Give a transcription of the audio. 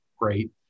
great